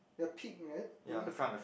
the pink is it